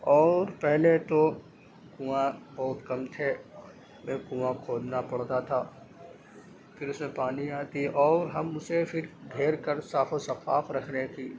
اور پہلے تو کنواں بہت کم تھے پہلے کنواں کھودنا پڑتا تھا پھر اس میں پانی آتی اور ہم اسے پھر گھیر کر صاف و شفاف رکھنے کی